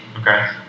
Okay